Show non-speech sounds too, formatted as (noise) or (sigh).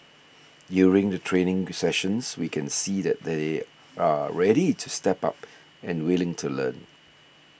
during the training (noise) sessions we can see that they're ready to step up and willing to learn